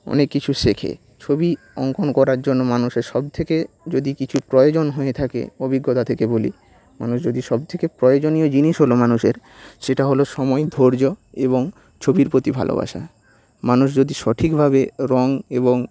অনেক কিছু শেখে ছবি অঙ্কন করার জন্য মানুষের সবথেকে যদি কিছু প্রয়োজন হয়ে থাকে অভিজ্ঞতা থেকে বলি মানুষ যদি সবথেকে প্রয়োজনীয় জিনিস হল মানুষের সেটা হল সময় ধৈর্য এবং ছবির প্রতি ভালোবাসা মানুষ যদি সঠিকভাবে রং এবং